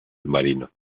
marino